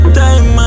time